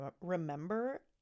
remember